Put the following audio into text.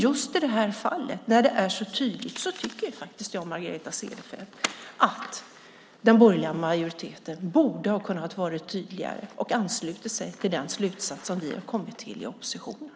Just i det här fallet tycker jag, Margareta Cederfelt, att den borgerliga majoriteten borde ha kunnat vara tydligare och ansluta sig till den slutsats som vi har kommit till i oppositionen.